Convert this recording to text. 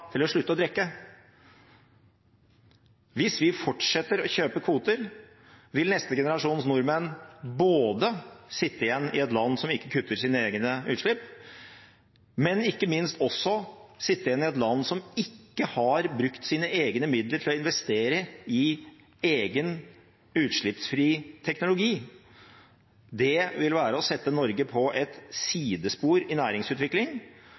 til å slutte å drikke. Hvis vi fortsetter å kjøpe kvoter, vil neste generasjons nordmenn sitte igjen i et land som ikke kutter sine egne utslipp, og ikke minst også sitte igjen i et land som ikke har brukt sine egne midler til å investere i egen utslippsfri teknologi. Det vil være å sette Norge på et sidespor i næringsutvikling,